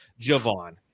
javon